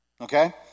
okay